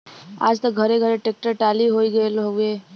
आज त घरे घरे ट्रेक्टर टाली होई गईल हउवे